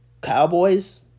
Cowboys